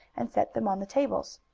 and set them on the tables.